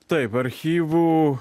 taip archyvų